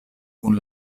kun